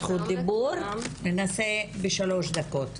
ננסה בשלוש דקות.